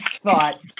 thought